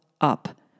up